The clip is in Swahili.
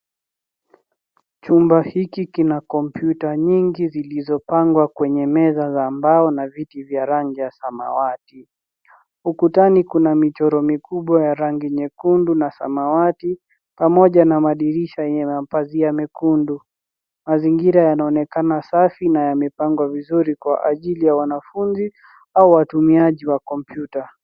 Chumba hiki kina kompyuta nyingi zilizopangwa kwenye meza za mbao na viti vya rangi ya samawati. Ukutani kuna michoro mikubwa ya rangi nyekundu na samawati pamoja na madirisha yenye mapazia mekundu. Mazingira yanaonekana safi na yamepangwa vizuri kwa ajili ya wanafunzi au watumiaji wa kompyuta.